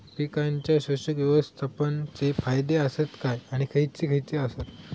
पीकांच्या पोषक व्यवस्थापन चे फायदे आसत काय आणि खैयचे खैयचे आसत?